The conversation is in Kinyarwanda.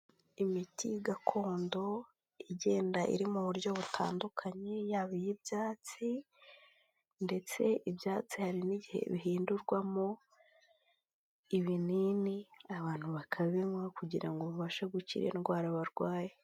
Imiti gakondo igenda iri mu buryo butandukanye, yaba iy'ibyatsi ndetse ibyatsi hari n'igihe bihindurwamo ibinini abantu bakabinywa kugira babashe gukira indwara barwaye.